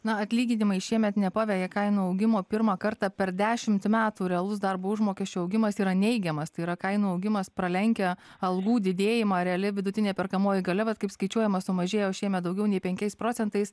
na atlyginimai šiemet nepaveja kainų augimo pirmą kartą per dešimt metų realus darbo užmokesčio augimas yra neigiamas tai yra kainų augimas pralenkia algų didėjimą reali vidutinė perkamoji galia vat kaip skaičiuojama sumažėjo šiemet daugiau nei penkiais procentais